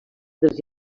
dels